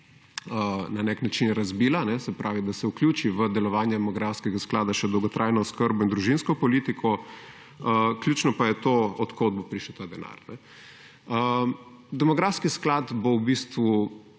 na nek način razbila, se pravi, da se vključi v delovanje demografskega sklada še dolgotrajna oskrba in družinsko politiko, ključno pa je to od kod bo prišel ta denar. Demografski sklad bo v bistvu